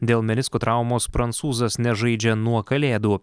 dėl menisko traumos prancūzas nežaidžia nuo kalėdų